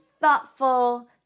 thoughtful